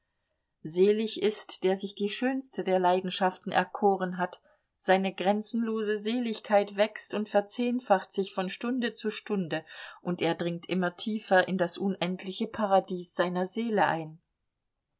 selig ist der sich die schönste der leidenschaften erkoren hat seine grenzenlose seligkeit wächst und verzehnfacht sich von stunde zu stunde und er dringt immer tiefer in das unendliche paradies seiner seele ein